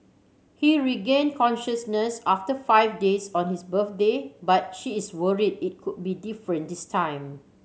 he regained consciousness after five days on his birthday but she is worried it could be different this time